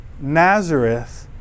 Nazareth